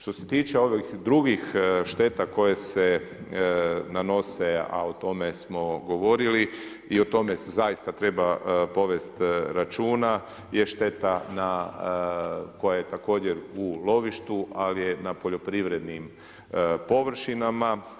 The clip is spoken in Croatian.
Što se tiče ovih drugih šteta koje se nanose a o tome smo govorili, i o tome zaista treba povesti računa, je šteta također u lovištu ali je i na poljoprivrednim površinama.